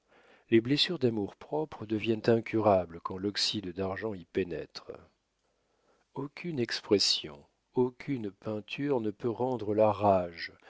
les blessures d'amour-propre deviennent incurables quand l'oxyde d'argent y pénètre aucune expression aucune peinture ne peut rendre la rage